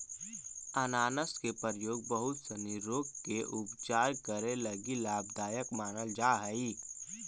अनानास के प्रयोग बहुत सनी रोग के उपचार करे लगी लाभदायक मानल जा हई